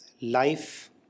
life